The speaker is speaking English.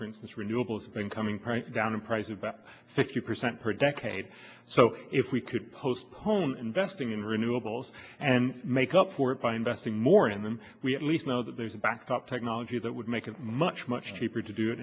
for instance renewables been coming pranked down in price of about sixty percent per decade so if we could postpone investing in renewables and make up for it by investing more in them we at least know that there's a backup technology that would make it much much cheaper to do